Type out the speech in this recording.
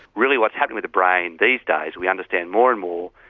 really what's happening with the brain these days we understand more and more,